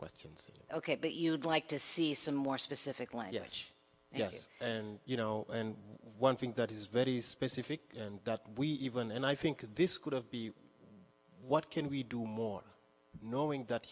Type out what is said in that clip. questions ok but you'd like to see some more specifically yes yes and you know one thing that is very specific and we even and i think this could have be what can we do more knowing that